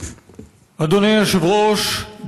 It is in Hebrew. אדוני היושב-ראש,